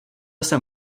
jsem